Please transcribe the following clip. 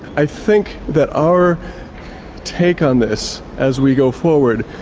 i think that our take on this, as we go forward,